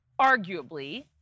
arguably